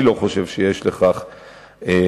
אני לא חושב שיש לכך מקום.